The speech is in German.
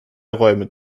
räume